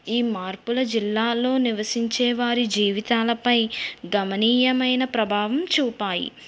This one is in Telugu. ఈ మార్పుల జిల్లాలో నివసించే వారి జీవితాలపై గమనీయమైన ప్రభావం చూపాయి